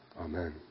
Amen